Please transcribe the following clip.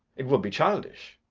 it would be childish.